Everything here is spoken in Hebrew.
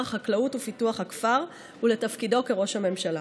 החקלאות ופיתוח הכפר ותפקידו כראש הממשלה.